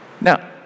Now